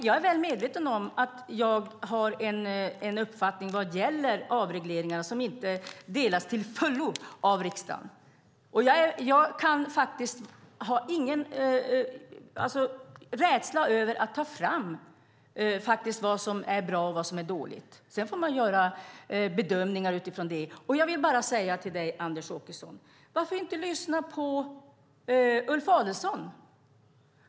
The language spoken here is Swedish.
Jag är väl medveten om att jag har en uppfattning vad gäller avregleringar som inte till fullo delas av riksdagen. Jag känner ingen rädsla för att ta fram vad som är bra och vad som är dåligt. Sedan får man göra bedömningar utifrån det. Jag vill säga till dig, Anders Åkesson: Varför inte lyssna på Ulf Adelsohn?